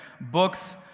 books